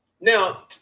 now